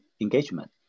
engagement